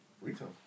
Retail